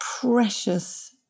precious